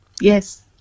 Yes